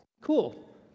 Cool